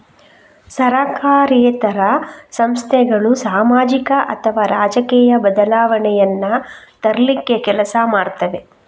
ಸರಕಾರೇತರ ಸಂಸ್ಥೆಗಳು ಸಾಮಾಜಿಕ ಅಥವಾ ರಾಜಕೀಯ ಬದಲಾವಣೆಯನ್ನ ತರ್ಲಿಕ್ಕೆ ಕೆಲಸ ಮಾಡ್ತವೆ